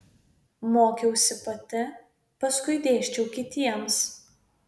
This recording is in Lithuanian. mokiausi pati paskui dėsčiau kitiems